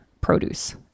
produce